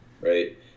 right